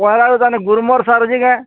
ପହେଲା ତ ତାନେ ଗୁର୍ମର୍ ସାର୍ ଅଛେ କାଏଁ